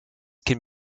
can